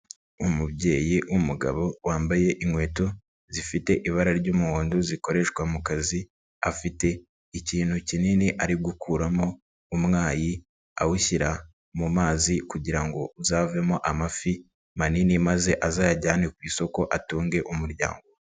Umubyeyi w'umugabo wambaye inkweto zifite ibara ry'umuhondo zikoreshwa mu kazi, afite ikintu kinini ari gukuramo umwayi awushyira mu mazi kugira ngo uzavemo amafi manini maze azayajyane ku isoko atunge umuryango.